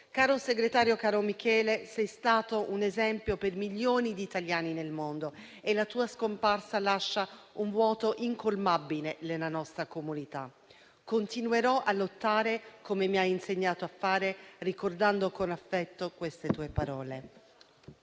Caro segretario, caro Michele, sei stato un esempio per milioni di italiani nel mondo e la tua scomparsa lascia un vuoto incolmabile nella nostra comunità. Continuerò a lottare, come mi hai insegnato a fare, ricordando con affetto le tue parole.